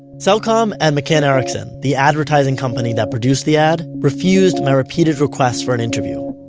cellcom and mccann erickson, the advertising company that produced the ad, refused my repeated requests for an interview.